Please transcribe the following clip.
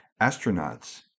astronauts